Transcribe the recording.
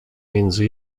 między